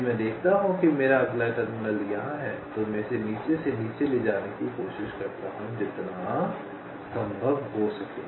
यदि मैं देखता हूं कि मेरा अगला टर्मिनल यहां है तो मैं इसे नीचे से नीचे ले जाने की कोशिश करता हूं जितना संभव हो सके